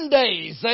days